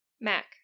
Mac